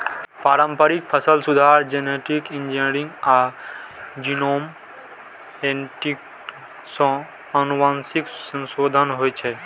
पारंपरिक फसल सुधार, जेनेटिक इंजीनियरिंग आ जीनोम एडिटिंग सं आनुवंशिक संशोधन होइ छै